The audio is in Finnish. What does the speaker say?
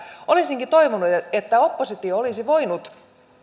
olisinkin toivonut että että oppositio olisi voinut